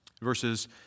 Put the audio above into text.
verses